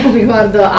riguardo